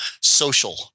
social